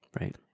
Right